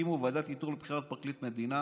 הקימו ועדת איתור לבחירת פרקליט מדינה